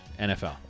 NFL